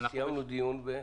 סיימנו דיון ומה?